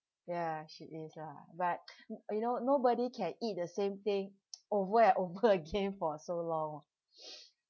ya she is lah but you know nobody can eat the same thing over and over again for so long